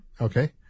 Okay